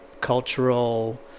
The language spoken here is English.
cultural